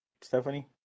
Stephanie